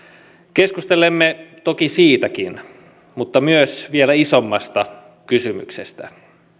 keskustelemme toki siitäkin mutta myös vielä isommasta kysymyksestä